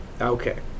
okay